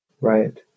Right